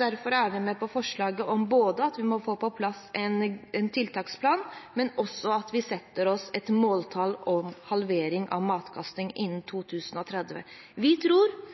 Derfor er vi med på forslaget om at vi både må få på plass en tiltaksplan, og også at vi skal sette oss et måltall om halvering av matkasting innen 2030. Vi tror